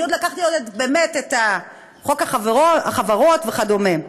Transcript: אני עוד לקחתי את חוק החברות וכדומה.